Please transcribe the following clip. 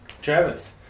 Travis